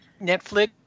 Netflix